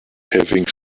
having